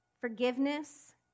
forgiveness